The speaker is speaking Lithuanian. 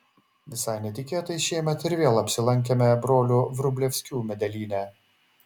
visai netikėtai šiemet ir vėl apsilankėme brolių vrublevskių medelyne